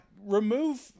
remove –